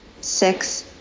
six